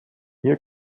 hier